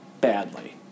badly